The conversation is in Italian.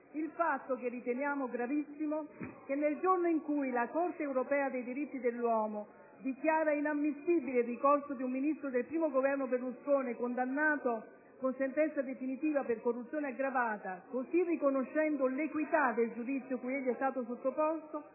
il fatto, che riteniamo gravissimo, che nel giorno in cui la Corte europea dei diritti dell'uomo dichiara inammissibile il ricorso di un Ministro del I Governo Berlusconi, condannato con sentenza definitiva per corruzione aggravata, così riconoscendo l'equità del giudizio cui egli è stato sottoposto,